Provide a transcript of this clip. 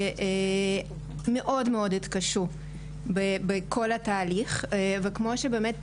מאוד מאוד התקשו בכל התהליך וכמו שבאמת,